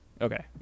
okay